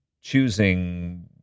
choosing